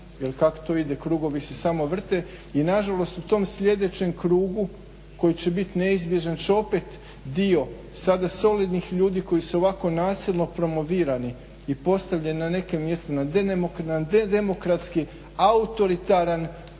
jel kako to ide krugovi se samo vrte. I nažalost u tom sljedećem krugu koji će biti neizbježan će opet dio sada solidnih ljudi koji su ovako nasilno promovirani i postavljeni na nekim mjestima na nedemokratski, autoritaran